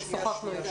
אנחנו שוחחנו.